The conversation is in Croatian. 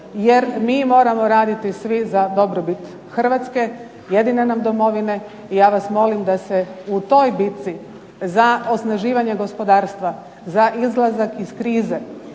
Jer mi moramo raditi svi za dobrobit Hrvatske jedine nam Domovine. I ja vas molim da se u toj bici za osnaživanje gospodarstva, za izlazak iz krize,